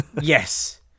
Yes